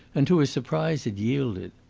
and to his surprise it yielded.